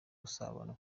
usabana